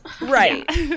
right